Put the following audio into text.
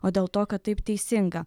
o dėl to kad taip teisinga